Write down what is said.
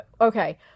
okay